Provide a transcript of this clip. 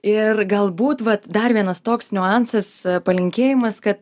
ir galbūt vat dar vienas toks niuansas palinkėjimas kad